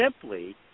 simply